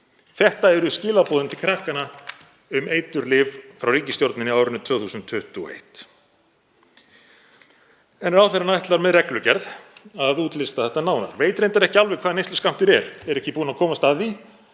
Þetta eru skilaboðin til krakkanna um eiturlyf frá ríkisstjórninni á árinu 2021. Ráðherrann ætlar með reglugerð að útlista þetta nánar, veit reyndar ekki alveg hvað neysluskammtur er, er ekki búinn að komast að því